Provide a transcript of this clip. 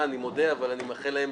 הנכון מבחינתם.